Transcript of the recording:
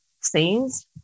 scenes